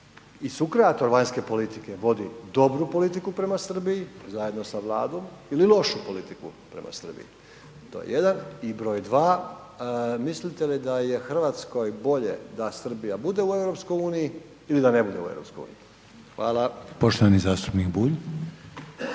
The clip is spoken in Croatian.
i sukreator vanjske politike vodi dobru politiku prema Srbiji zajedno sa Vladom ili lošu politiku prema Srbiji. To je jedan. I broj dva, mislite li da je Hrvatskoj bolje da Srbija bude u EU ili da ne bude u EU? Hvala. **Reiner, Željko